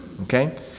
Okay